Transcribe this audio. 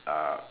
uh